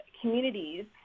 communities